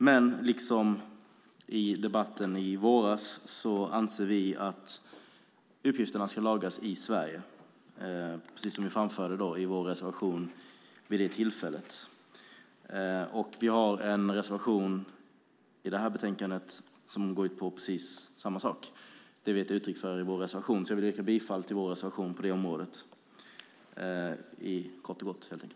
Men liksom i debatten i våras anser vi att uppgifterna ska lagras i Sverige, vilket vi framförde i vår reservation vid det tillfället. Vi har en reservation i detta betänkande som går ut på samma sak. I reservationen har vi gett uttryck för vår åsikt, och jag vill därför yrka bifall till reservationen.